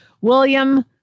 William